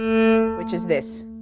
which is this.